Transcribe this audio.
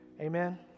Amen